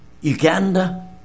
Uganda